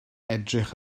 edrych